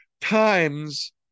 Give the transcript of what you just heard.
times